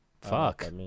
Fuck